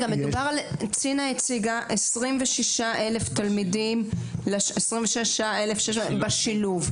צינה הציגה 26,000 תלמידים בשילוב.